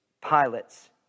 pilots